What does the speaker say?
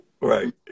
right